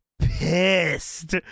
pissed